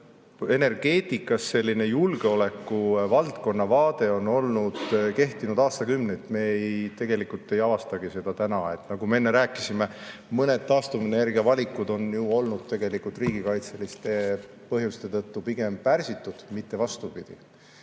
et energeetikas selline julgeolekuvaldkonna vaade on kehtinud aastakümneid. Me tegelikult ei avastagi seda täna. Nagu me enne rääkisime, mõned taastuvenergia valikud on ju olnud riigikaitseliste põhjuste tõttu pigem pärsitud, mitte vastupidi.